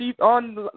on